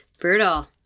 brutal